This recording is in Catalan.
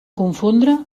confondre